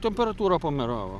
temperatūrą pamėravo